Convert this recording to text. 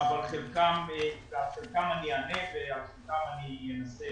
על חלקן אני אענה ועל חלקן אני אנסה